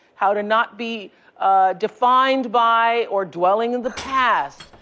how to not be defined by or dwelling in the past,